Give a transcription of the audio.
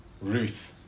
Ruth